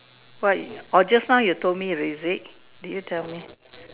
what you orh just now you told me is it did you tell me